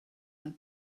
gael